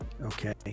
okay